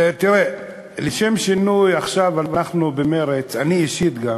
תראה, לשם שינוי עכשיו אנחנו במרצ, גם אני אישית,